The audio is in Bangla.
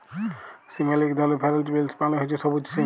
সিমের ইক ধরল ফেরেল্চ বিলস মালে হছে সব্যুজ সিম